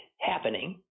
happening